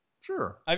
Sure